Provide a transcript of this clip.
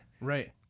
Right